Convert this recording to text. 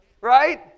right